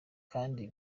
kandi